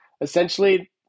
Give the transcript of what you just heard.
Essentially